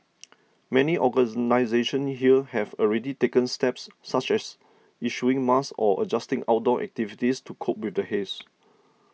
many organisations here have already taken steps such as issuing masks or adjusting outdoor activities to cope with the haze